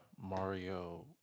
Mario